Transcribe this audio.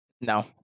No